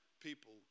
people